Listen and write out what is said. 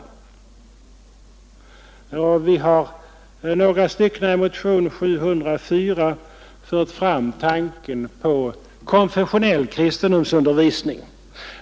Vi har i motionen 704 fört fram tanken på konfessionell kristendomsundervisning.